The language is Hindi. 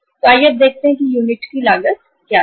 तो आइए अब देखते हैं कि यूनिट की लागत क्या है